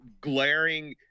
glaring